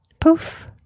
Poof